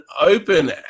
Open